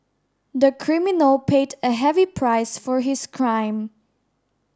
the criminal paid a heavy price for his crime